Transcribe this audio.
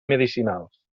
medicinals